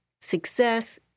success